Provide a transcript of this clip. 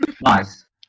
Nice